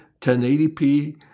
1080p